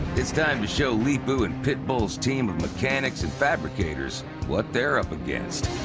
it's time to show leepu and pitbull's team of mechanics and fabricators what they're up against.